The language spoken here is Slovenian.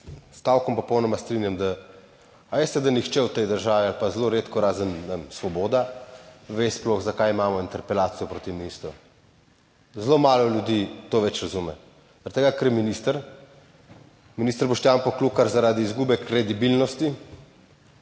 stavkom popolnoma strinjam, da, a veste, da nihče v tej državi ali pa zelo redko, razen Svoboda, ve sploh, zakaj imamo interpelacijo proti ministru, zelo malo ljudi to več razume, zaradi tega, ker je minister, minister Boštjan Poklukar, zaradi izgube kredibilnosti,